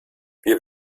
wir